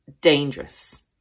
dangerous